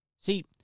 See